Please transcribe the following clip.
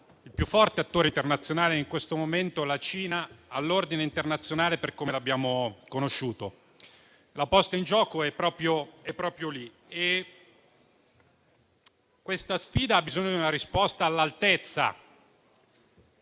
il più forte attore internazionale in questo momento, la Cina, sta portando all'ordine internazionale per come l'abbiamo conosciuto. La posta in gioco è proprio lì e questa sfida ha bisogno di una risposta all'altezza.